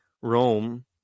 Rome